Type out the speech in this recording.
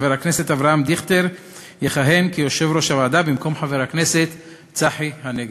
חבר הכנסת אבי דיכטר יכהן כיושב-ראש הוועדה במקום חבר הכנסת צחי הנגבי.